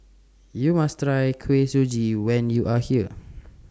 YOU must Try Kuih Suji when YOU Are here